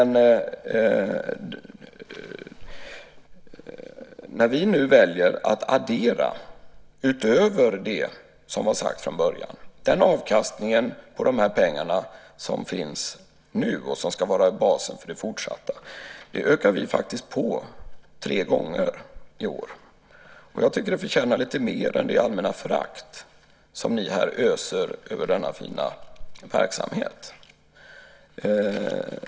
Nu väljer vi att lägga till pengar utöver det som var sagt från början, den avkastning och de pengar som finns nu och som ska vara basen för den fortsatta verksamheten. Det ökar vi faktiskt på tre gånger i år. Jag tycker att det förtjänar lite mer än det allmänna förakt som ni här öser över denna fina verksamhet.